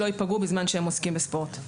לא ייפגעו בזמן שהם עוסקים בספורט.